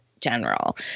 general